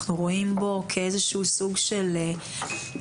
אנחנו רואים בו כאיזה שהוא סוג של כלי,